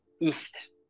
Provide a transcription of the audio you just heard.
east